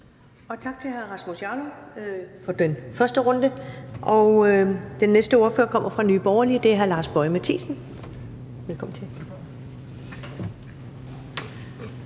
Tak til hr. Rasmus Jarlov for den første runde. Den næste ordfører kommer fra Nye Borgerlige, og det er hr. Lars Boje Mathiesen. Velkommen til.